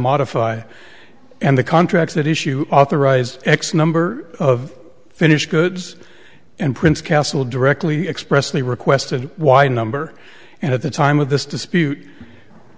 modify and the contracts that issue authorize x number of finished goods and prints castle directly expressly requested a wide number and at the time of this dispute